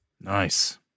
Nice